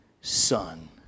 son